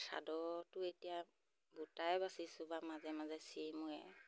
চাদৰতো এতিয়া গোটাই বাচিছোঁ বাৰু মাজে মাজে চিৰি মই